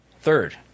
Third